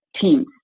teams